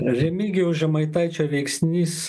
remigijaus žemaitaičio veiksnys